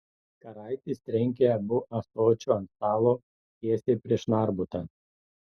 karaitis trenkė abu ąsočiu ant stalo tiesiai prieš narbutą